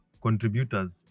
contributors